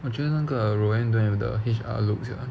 我觉得那个 roanne don't have the H_R looks sia